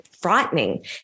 frightening